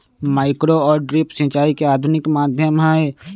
micro और drip सिंचाई के आधुनिक माध्यम हई